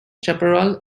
chaparral